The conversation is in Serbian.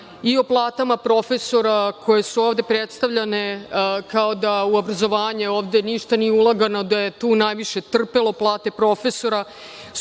i o platama profesora koje su ovde predstavljane kao da u obrazovanje ovde ništa nije ulagano, da je tu najviše trpelo. Plate profesora